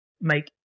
make